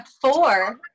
four